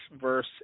verse